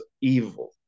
evil